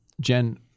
Jen